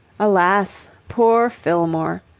alas, poor fillmore!